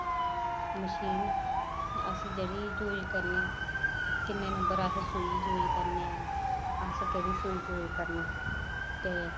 machine अस जेह्ड़ी जूय करने किन्ने नंबर अस सुई यूज करने अस केह्ड़ी सुई यूज करने ते